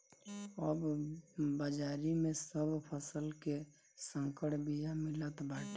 अब बाजारी में सब फसल के संकर बिया मिलत बाटे